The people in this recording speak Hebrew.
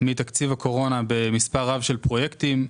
מתקציב הקורונה במספר רב של פרויקטים,